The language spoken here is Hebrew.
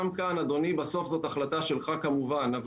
גם כאן בסוף זאת החלטה שלך אדוני אבל